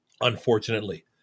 unfortunately